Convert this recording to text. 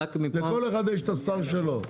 לכל אחד יש את השר שלו.